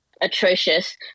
atrocious